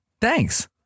Thanks